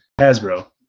Hasbro